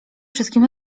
wszystkim